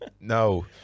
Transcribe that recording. no